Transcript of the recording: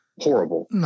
horrible